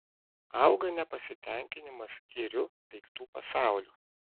auga nepasitenkinimas iriu daiktų pasauliu